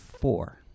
four